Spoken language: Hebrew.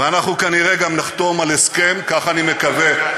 אנחנו כנראה גם נחתום על הסכם, כך אני מקווה,